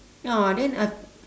ya then I